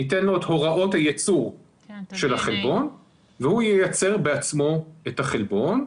ניתן לו את הוראות הייצור של החלבון והוא ייצר בעצמו את החלבון.